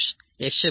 35 5